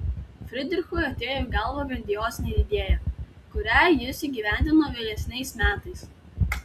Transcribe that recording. fridrichui atėjo į galvą grandiozinė idėja kurią jis įgyvendino vėlesniais metais